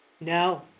No